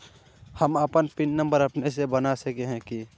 हम अपन PIN number अपने से बना सके है की?